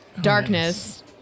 darkness